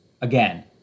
Again